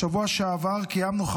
בשבוע שעבר קיימנו,